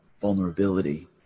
vulnerability